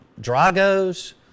Drago's